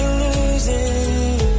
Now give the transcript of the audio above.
losing